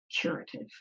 curative